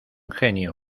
genio